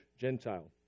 Gentile